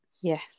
Yes